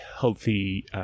healthy